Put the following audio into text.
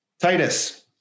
Titus